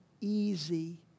easy